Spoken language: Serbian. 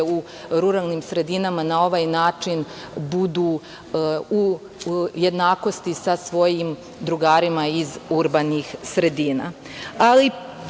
u ruralnim sredinama na ovaj način budu u jednakosti sa svojim drugarima iz urbanih sredina. Osim